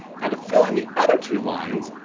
now to fill in the other two lines,